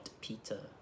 Peter